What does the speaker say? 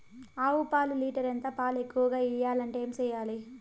ఆవు పాలు లీటర్ ఎంత? పాలు ఎక్కువగా ఇయ్యాలంటే ఏం చేయాలి?